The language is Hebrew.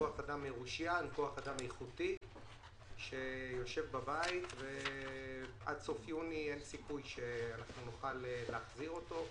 כוח אדם איכותי שיושב בבית ועד סוף יוני אין סיכוי שנוכל להחזיר אותו.